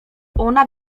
ona